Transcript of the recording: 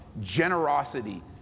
generosity